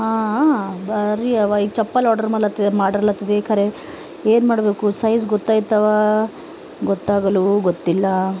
ಭಾರಿ ಅವ ಈಗ ಚಪ್ಪಲಿ ಆಡ್ರ್ ಮಾಲತ್ತಿದೆ ಮಾಡ್ರಲತ್ತಿದೆ ಖರೆ ಏನು ಮಾಡಬೇಕು ಸೈಜ್ ಗೊತೈತವ ಗೊತ್ತಾಗಲೂ ಗೊತ್ತಿಲ್ಲ